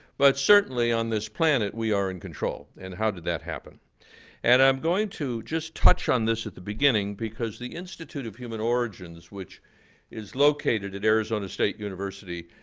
but certainly on this planet, we are in control. and how did that happen and i'm going to just touch on this at the beginning because the institute of human origins, which is located at arizona state university,